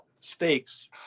stakes